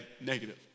negative